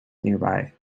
nearby